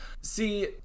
See